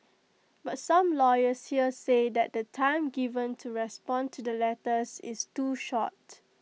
but some lawyers here say that the time given to respond to the letters is too short